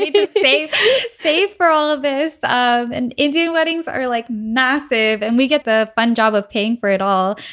to save save for all of this of and indian weddings are like massive and we get the fun job of paying for it all.